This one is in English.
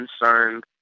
concerned